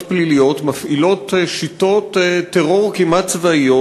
פליליות מפעילות שיטות טרור כמעט צבאיות,